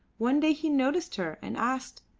one day he noticed her and asked,